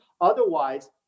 Otherwise